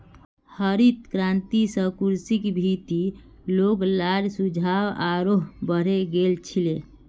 हरित क्रांति स कृषिर भीति लोग्लार रुझान आरोह बढ़े गेल छिले